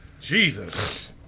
Jesus